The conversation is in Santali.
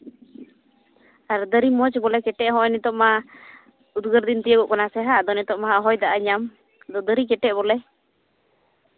ᱟᱨ ᱫᱟᱨᱮ ᱢᱚᱡᱽ ᱵᱚᱞᱮ ᱠᱮᱴᱮᱡ ᱱᱚᱜᱼᱚᱸᱭ ᱱᱤᱛᱚᱜ ᱢᱟ ᱩᱫᱽᱜᱟᱹᱨ ᱫᱤᱱ ᱛᱤᱭᱳᱜᱚᱜ ᱠᱟᱱᱟ ᱥᱮ ᱦᱟᱸᱜ ᱟᱫᱚ ᱱᱤᱛᱚᱜ ᱢᱟ ᱦᱟᱸᱜ ᱦᱚᱭ ᱫᱟᱜᱼᱮ ᱧᱟᱢ ᱟᱫᱚ ᱫᱟᱨᱮ ᱠᱮᱴᱮᱡ ᱵᱚᱞᱮ